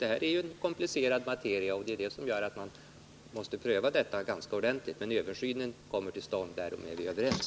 Det här är en komplicerad materia, vilket gör att det måste ske en ordentlig prövning. Men översynen kommer till stånd, därom är vi överens.